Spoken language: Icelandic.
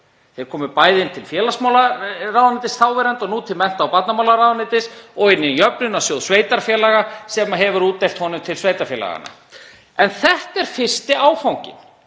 Þeir komu bæði inn til félagsmálaráðuneytis þáverandi og nú til mennta- og barnamálaráðuneytis og inn í Jöfnunarsjóð sveitarfélaga sem hefur útdeilt honum til sveitarfélaganna. En þetta er fyrsti áfangi.